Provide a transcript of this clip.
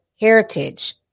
heritage